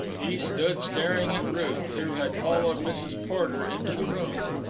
he stood staring at ruth, who had followed mrs. porter into the room.